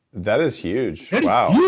that is huge. wow